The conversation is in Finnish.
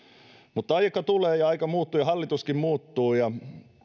mutta aika tulee ja aika muuttuu ja hallituskin muuttuu ja